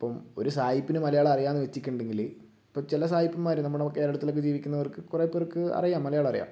അപ്പം ഒരു സായിപ്പിന് മലയാളം അറിയാം എന്ന് വെച്ചിട്ടുണ്ടെങ്കിൽ ഇപ്പം ചില സായിപ്പമ്മാർ നമ്മുടെ കേരളത്തിൽ ഒക്കെ ജീവിക്കുന്നവർക്ക് കുറേ പേർക്ക് അറിയാം മലയാളം അറിയാം